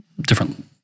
different